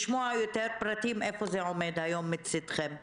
לשמוע יותר פרטים איפה זה עומד היום מצדכם.